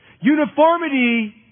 Uniformity